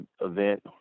event